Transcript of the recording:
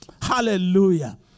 Hallelujah